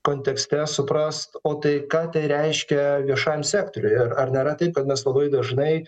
kontekste suprast o tai ką tai reiškia viešajam sektoriui ar ar nėra taip kad mes labai dažnai